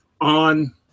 on